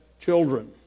children